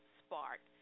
spark